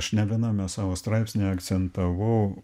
aš ne viename savo straipsnyje akcentavau